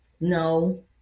no